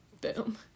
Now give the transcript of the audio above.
Boom